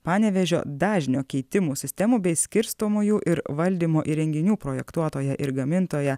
panevėžio dažnio keitimų sistemų bei skirstomųjų ir valdymo įrenginių projektuotoja ir gamintoja